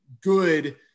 good –